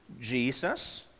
Jesus